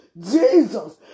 Jesus